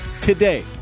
today